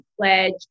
pledge